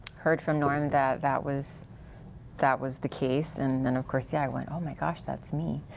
heard from norm that that was that was the case. and then of course, yeah, i went oh, my gosh. that's me.